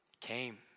came